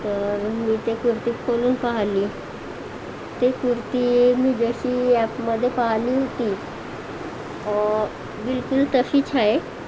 तर मी ती कुर्ती खोलून पाहिली ती कुर्ती मी जशी ॲपमध्ये पाहिली होती बिलकुल तशीच आहे